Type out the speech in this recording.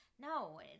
No